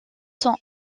sont